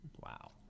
Wow